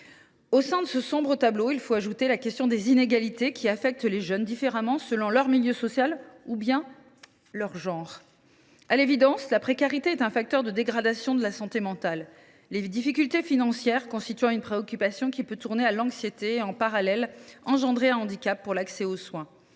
À ce sombre tableau, il faut ajouter les inégalités qui affectent les jeunes différemment selon leur milieu social ou même leur genre. À l’évidence, la précarité est un facteur de dégradation de la santé mentale, les difficultés financières constituant une préoccupation qui peut tourner à l’anxiété et, en parallèle, constituer un handicap pour l’accès aux soins.